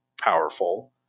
powerful